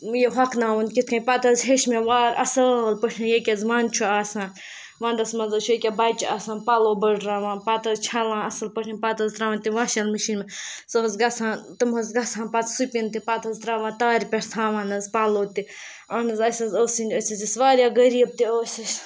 یہِ ہۄکھناوُن کِتھ کٔنۍ پَتہٕ حظ ہیٚچھ مےٚ وار اَصٕل پٲٹھۍ ییٚکیٛاہ حظ وَنٛدٕ چھُ آسان وَنٛدَس منٛز حظ چھِ ییٚکیٛاہ بَچہِ آسان پَلو برناوان پَتہٕ حظ چھَلان اَصٕل پٲٹھۍ پَتہٕ حظ ترٛاوان تِم واشَل مِشیٖن منٛز سُہ حظ گژھان تِم حظ گژھان پَتہٕ سپِن پَتہٕ حظ ترٛاوان تارِ پٮ۪ٹھ تھاوان حظ پَلو تہِ اہن حظ اَسہِ حظ ٲسٕے نہٕ أسۍ حظ ٲسۍ واریاہ غریٖب تہِ ٲسۍ أسۍ